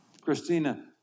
Christina